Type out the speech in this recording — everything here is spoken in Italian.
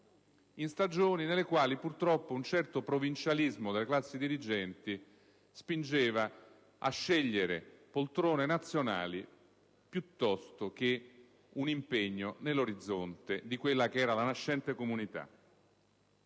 in stagioni nelle quali, purtroppo, un certo provincialismo delle classi dirigenti spingeva a scegliere poltrone nazionali piuttosto che un impegno nell'orizzonte di quella che era la nascente Comunità.